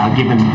given